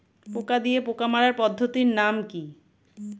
পোকা দিয়ে পোকা মারার পদ্ধতির নাম কি?